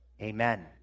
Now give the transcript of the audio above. Amen